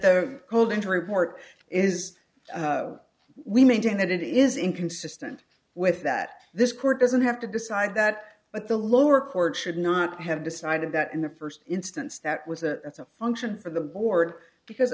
the holding to report is we maintain that it is inconsistent with that this court doesn't have to decide that but the lower court should not have decided that in the first instance that was a function for the board because